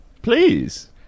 Please